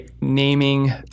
naming